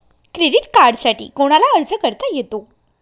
Credit कार्डसाठी कोणाला अर्ज करता येतो?